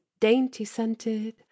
dainty-scented